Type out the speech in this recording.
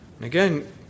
Again